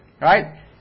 right